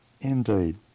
Indeed